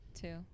two